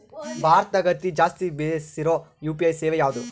ಭಾರತದಗ ಅತಿ ಜಾಸ್ತಿ ಬೆಸಿರೊ ಯು.ಪಿ.ಐ ಸೇವೆ ಯಾವ್ದು?